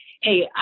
Hey